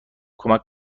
کمک